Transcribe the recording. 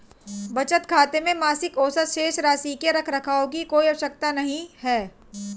बचत खाते में मासिक औसत शेष राशि के रख रखाव की कोई आवश्यकता नहीं